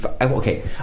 Okay